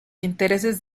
intereses